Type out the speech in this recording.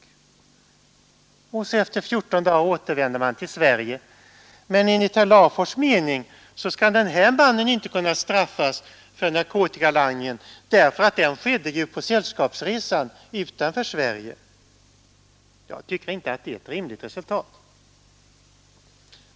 Efter 14 dagar återvänder man till Sverige. Enligt herr att brottet skett på en sällskapsresa utanför Sverige. Jag tycker inte att det är rimligt.